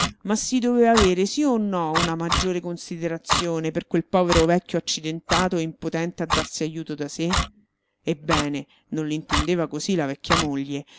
ma si doveva avere sì o no una maggiore considerazione per quel povero vecchio accidentato e impotente a darsi ajuto da sé ebbene non l'intendeva così la vecchia moglie